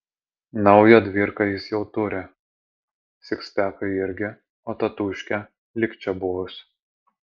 naują dvyrką jis jau turi sikspeką irgi o tatūškė lyg čia buvus